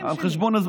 שיקולים שלי.